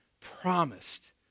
promised